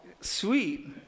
sweet